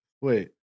wait